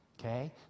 okay